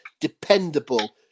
dependable